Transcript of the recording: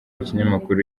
kinyamakuru